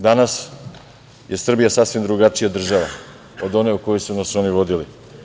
Danas je Srbija sasvim drugačija država od one u koju su nas oni uvodili.